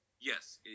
Yes